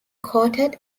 quoted